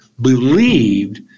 believed